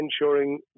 ensuring